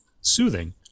soothing